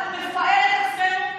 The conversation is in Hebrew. את עצמנו,